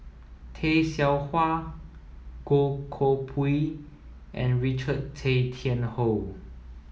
Tay Seow Huah Goh Koh Pui and Richard Tay Tian Hoe